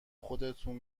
خودتون